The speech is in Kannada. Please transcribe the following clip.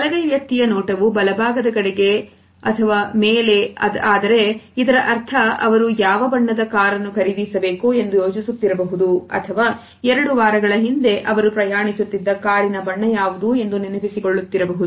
ಬಲಗೈ ವ್ಯಕ್ತಿಯ ನೋಟವು ಬಲಭಾಗದ ಕಡೆಗೆ ಮೇಲೆ ಆದರೆ ಇದರ ಅರ್ಥ ಅವರು ಯಾವ ಬಣ್ಣದ ಕಾರನ್ನು ಖರೀದಿಸಬೇಕು ಎಂದು ಯೋಚಿಸುತ್ತಿರಬಹುದು ಅಥವಾ ಎರಡು ವಾರಗಳ ಹಿಂದೆ ಅವರು ಪ್ರಯಾಣಿಸುತ್ತಿದ್ದ ಕಾರಿನ ಬಣ್ಣ ಯಾವುದು ಎಂದು ನೆನಪಿಸಿಕೊಳ್ಳುತ್ತಿರಬಹುದು